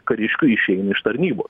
kariškių išeina iš tarnybos